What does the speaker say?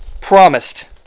promised